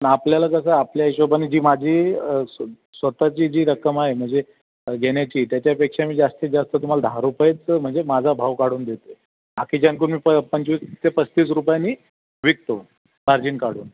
न आपल्याला कसं आपल्या हिशोबाने जी माझी स स्वत ची जी रक्कम आहे म्हणजे घेण्याची त्याच्यापेक्षा मी जास्तीत जास्त तुम्हाला दहा रुपयेच म्हणजे माझा भाव काढून देत आहे बाकीच्यांहूननी प पंचवीस ते पस्तीस रुपयांनी विकतो मार्जिन काढून